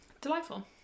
delightful